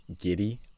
Giddy